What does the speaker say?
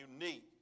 unique